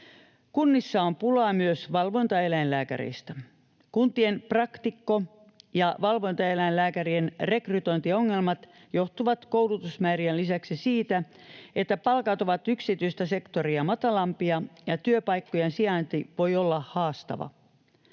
Kunnissa on pulaa myös valvontaeläinlääkäreistä. Kuntien praktikko- ja valvontaeläinlääkärien rekrytointiongelmat johtuvat koulutusmäärien lisäksi siitä, että palkat ovat yksityistä sektoria matalampia ja työpaikkojen sijainti voi olla haastava.